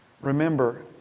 Remember